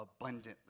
abundantly